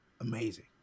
Amazing